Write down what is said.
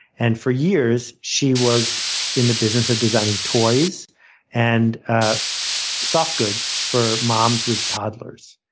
and for years, she was in the business of designing toys and ah soft goods for moms with toddlers.